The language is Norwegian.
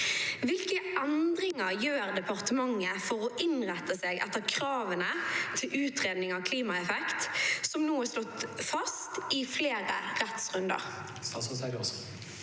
Hvilke endringer gjør departementet for å innrette seg etter kravene til utredning av klimaeffekt, som nå er slått fast i flere rettsrunder?»